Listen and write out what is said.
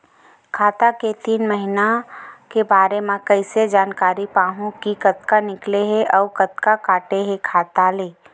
खाता के तीन महिना के बारे मा कइसे जानकारी पाहूं कि कतका निकले हे अउ कतका काटे हे खाता ले?